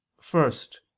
First